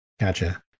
gotcha